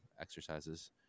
exercises